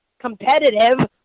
competitive